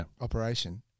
operation